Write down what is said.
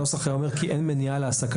הנוסח היום אומר "כי אין מניעה להעסקתו".